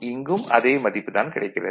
இங்கும் அதே மதிப்பு தான் கிடைக்கிறது